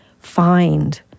find